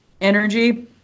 energy